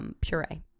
puree